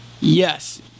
Yes